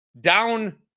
down